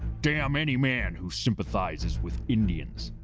damn any man who sympathizes with indians.